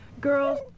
Girls